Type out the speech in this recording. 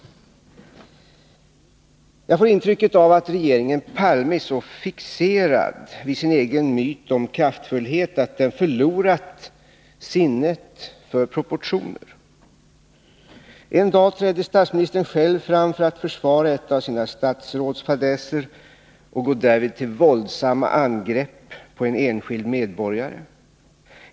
Jag får intrycket av att regeringen Palme är så fixerad vid sin egen myt om kraftfullhet att den förlorat sinnet för proportioner. En dag träder statsministern själv fram för att försvara ett av sina statsråds fadäser och går därvid till våldsamma angrepp mot en enskild medborgare.